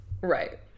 Right